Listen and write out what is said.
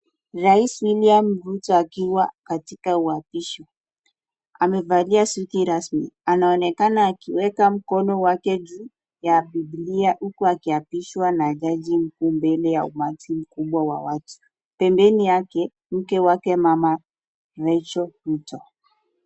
Rais William Ruto akiwa katika uabisho, amevaliwa suti rasmi anaonekana akiweka mkono wake juu ya bibilia huku akiabishwa na jaji mkuu mbele ya umati mkuu wa watu, Pembeni wake mke wake mama Recho Ruto.